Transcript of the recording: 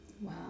wow